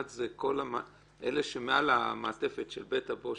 אחד זה אלה שמעל המעטפת של בית הבושת,